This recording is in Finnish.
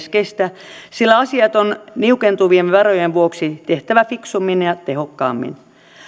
aikana keskeistä sillä asiat on niukentuvien varojen vuoksi tehtävä fiksummin ja tehokkaammin